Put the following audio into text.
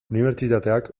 unibertsitateak